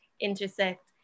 intersect